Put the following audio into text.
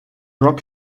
rock